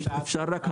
אפשר רק הערה,